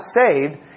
saved